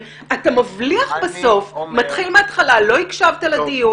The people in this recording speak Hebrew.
לא מקובל.